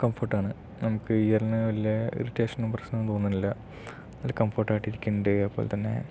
കംഫർട്ടാണ് നമുക്ക് ഇയറിന് വല്ലിയ ഇറിറ്റേഷനും പ്രശ്നമൊന്നും തോന്നുന്നില്ല നല്ല കംഫർട്ടായിട്ട് ഇരിക്കുന്നുണ്ട് അതുപോലെത്തന്നെ